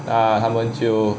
他他们就